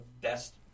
best